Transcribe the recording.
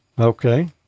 Okay